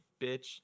bitch